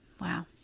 wow